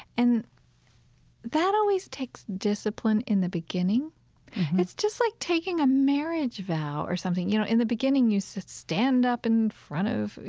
and that always takes discipline in the beginning mm-hmm it's just like taking a marriage vow or something, you know? in the beginning, you so stand up in front of,